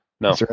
No